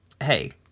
hey